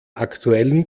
aktuellen